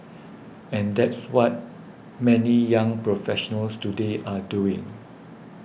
and that's what many young professionals today are doing